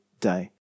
day